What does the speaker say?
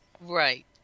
Right